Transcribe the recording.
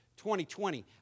2020